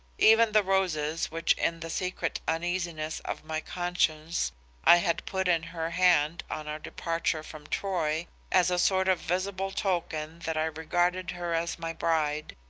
even the roses which in the secret uneasiness of my conscience i had put in her hand on our departure from troy, as a sort of visible token that i regarded her as my bride,